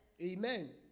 Amen